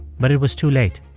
but it was too late.